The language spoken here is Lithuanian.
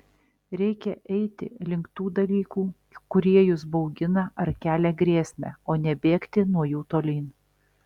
reikia eiti link tų dalykų kurie jus baugina ar kelia grėsmę o ne bėgti nuo jų tolyn